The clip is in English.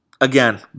Again